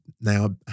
now